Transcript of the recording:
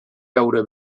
beure